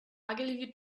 ogilvy